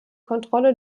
kontrolle